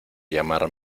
llamar